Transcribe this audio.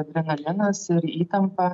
adrenalinas ir įtampa